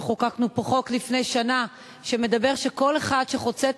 אנחנו חוקקנו פה חוק לפני שנה שאומר שכל אחד שחוצה את